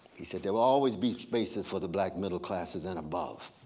he says, there will always be spaces for the black middle classes and above,